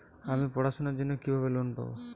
আমি পড়াশোনার জন্য কিভাবে লোন পাব?